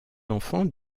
enfants